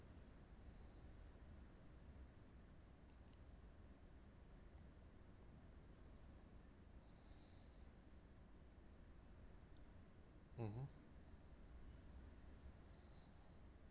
mmhmm